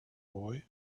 boy